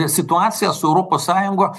situacija su europos sąjunga